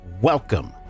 welcome